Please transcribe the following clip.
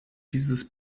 dieses